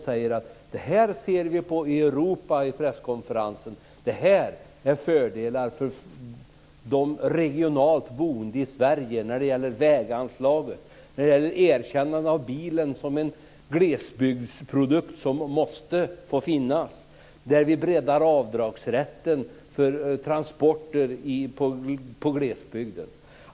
På presskonferensen kunde vi då visa för Europa hur vi ser på detta och berätta vilka fördelar de som bor ute i regionerna i Sverige har när det gäller väganslaget, när det gäller erkännande av bilen som en glesbygdsprodukt som måste få finnas och när det gäller breddning av avdragsrätten för transporter i glesbygden.